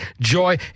joy